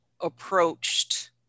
approached